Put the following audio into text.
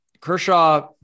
Kershaw